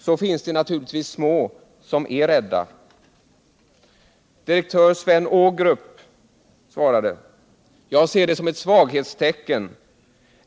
Så finns det naturligtvis små som är rädda.” Direktör Sven Ågrup svarade: ”Jag ser det som ett svaghetstecken.